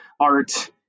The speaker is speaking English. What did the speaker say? art